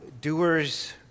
doers